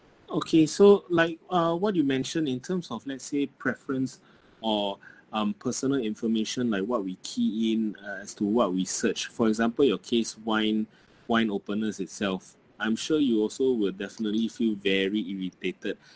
okay so like uh what you mentioned in terms of let's say preference or um personal information like what we key in as to what we search for example your case wine wine openers itself I'm sure you also will definitely feel very irritated